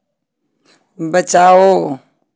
बचाओ